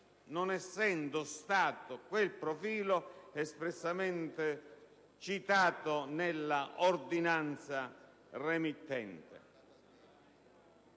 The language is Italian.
non essendo stato quel profilo espressamente citato nell'ordinanza remittente.